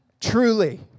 truly